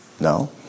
No